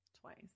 Twice